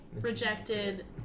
rejected